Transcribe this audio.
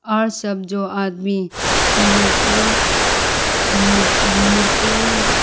اور سب جو آدمی مورتی مورتی